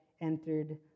entered